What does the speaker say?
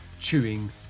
chewing